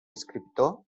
escriptor